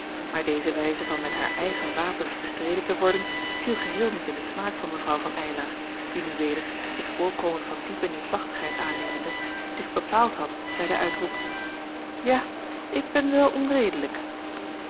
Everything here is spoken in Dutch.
maar deze wijze van met haar eigen wapens bestreden te worden viel geheel niet in den smaak van mevrouw van eylar die nu weder het voorkomen van diepe neêrslachtigheid aannemende zich bepaald had bij den uitroep ja ik ben wel onredelijk